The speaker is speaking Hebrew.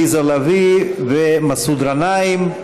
עליזה לביא ומסעוד גנאים.